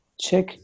check